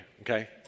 Okay